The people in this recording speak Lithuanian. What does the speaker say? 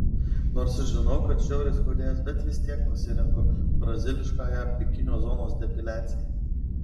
nors ir žinau kad žiauriai skaudės vis tiek pasirenku braziliškąją bikinio zonos depiliaciją